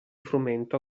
frumento